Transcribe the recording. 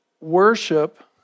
worship